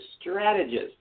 strategist